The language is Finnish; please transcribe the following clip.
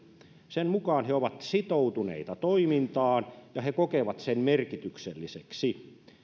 sen mukaan he ovat sitoutuneita toimintaan ja he kokevat sen merkitykselliseksi